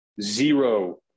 zero